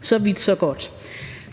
Så vidt, så godt.